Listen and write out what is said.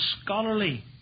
scholarly